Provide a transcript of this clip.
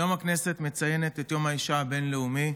היום הכנסת מציינת את יום האישה הבין-לאומי,